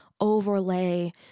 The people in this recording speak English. overlay